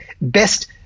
best